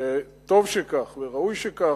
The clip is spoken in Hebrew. וטוב שכך וראוי שכך.